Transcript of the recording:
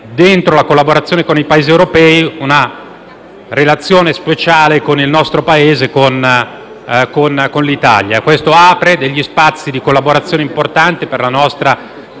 dentro la collaborazione con i Paesi europei, una relazione speciale con il nostro Paese. Questo apre spazi di collaborazione importante per la nostra